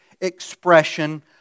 expression